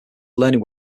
learning